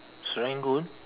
Serangoon